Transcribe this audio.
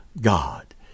God